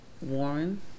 Warren